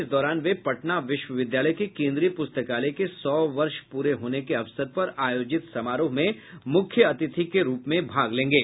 इस दौरान वे पटना विश्वविद्यालय के केन्द्रीय पुस्तकालय के सौ वर्ष पूरे होने के अवसर पर आयोजित समारोह में मुख्य अतिथि के रूप में भाग लेंगे